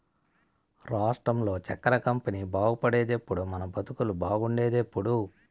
రాష్ట్రంలో చక్కెర కంపెనీ బాగుపడేదెప్పుడో మన బతుకులు బాగుండేదెప్పుడో